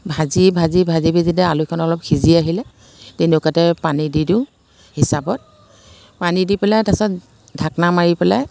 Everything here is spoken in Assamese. ভাজি ভাজি ভাজি ভাজি আলুখন অলপ সিজি আহিলে তেনেকুৱাতে পানী দি দিওঁ হিচাপত পানী দি পেলাই তাৰ পাছত ঢাকনা মাৰি পেলাই